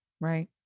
Right